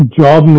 job